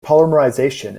polymerization